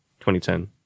2010